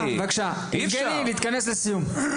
אני אימא לילד מתחת --- נעמה, בבקשה.